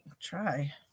Try